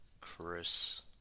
Chris